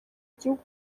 igihugu